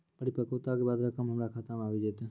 परिपक्वता के बाद रकम हमरा खाता मे आबी जेतै?